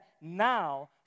now